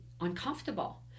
uncomfortable